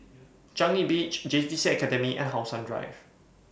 Changi Beach JTC Academy and How Sun Drive